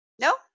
No